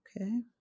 Okay